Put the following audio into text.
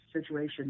situation